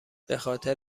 بخاطر